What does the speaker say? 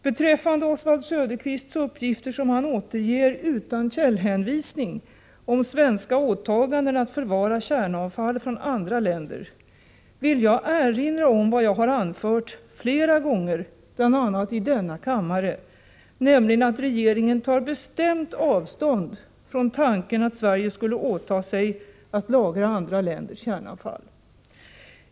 Beträffande Oswald Söderqvists uppgifter, som han återger utan källhänvisning, om svenska åtaganden att förvara kärnavfall från andra länder, vill jag erinra om vad jag har anfört flera gånger, bl.a. i denna kammare, nämligen att regeringen tar bestämt avstånd från tanken att Sverige skulle åta sig att lagra andra länders kärnavfall.